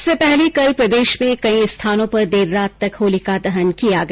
इससे पहले कल प्रदेश में कई स्थानों पर देर रात तक होली का दहन किया गया